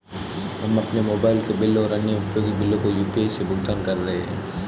हम अपने मोबाइल के बिल और अन्य उपयोगी बिलों को यू.पी.आई से भुगतान कर रहे हैं